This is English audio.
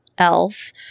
else